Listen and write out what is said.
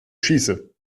schieße